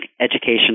education